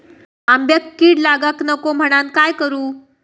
आंब्यक कीड लागाक नको म्हनान काय करू?